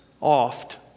oft